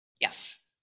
yes